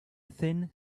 thin